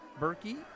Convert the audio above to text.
Berkey